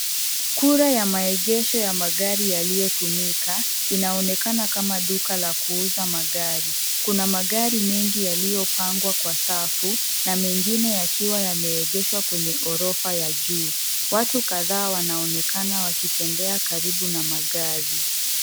Kura ya maegesho ya magari yaliyotumika ,inaonekana kama duka la kuuza magari. Kuna magari mengi yaliyopangwa kwa safu na mengine yakiwa yameegeshwa kwenye ghorofa ya juu. Watu kadhaa wanaonekana wakitembea karibu na magari.